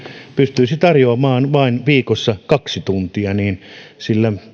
pystyisi tarjoamaan viikossa vain kaksi tuntia